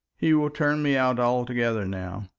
he will turn me out altogether now.